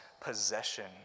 possession